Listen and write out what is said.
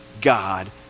God